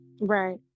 right